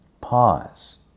Pause